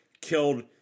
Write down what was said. killed